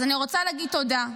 אז אני רוצה להגיד תודה,